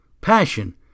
Passion